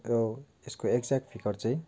त्यो यो यसको एक्जेक्ट फिगर चाहिँ